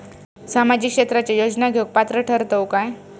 सामाजिक क्षेत्राच्या योजना घेवुक पात्र ठरतव काय?